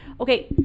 Okay